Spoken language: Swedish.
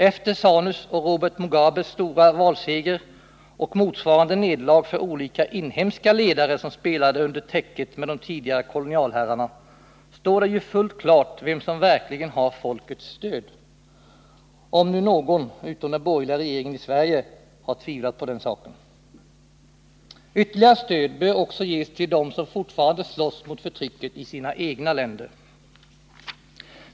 Efter ZANU:s och Robert Mugabes stora valseger och motsvarande nederlag för olika inhemska ledare som spelade under täcket med de tidigare kolonialherrarna står det fullt klart vem som verkligen har folkets stöd — om nu någon utom den borgerliga regeringen här i Sverige har tvivlat på den saken! Ytterligare stöd bör också ges till dem som fortfarande slåss mot förtrycket i sina egna länder.